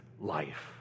life